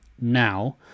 now